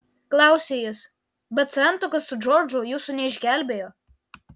klausia jis bet santuoka su džordžu jūsų neišgelbėjo